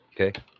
Okay